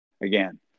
again